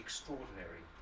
Extraordinary